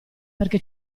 perché